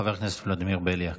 חבר הכנסת ולדימיר בליאק.